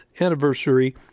anniversary